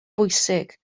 bwysig